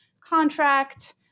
contract